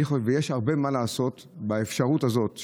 יש הרבה מה לעשות באפשרות הזאת,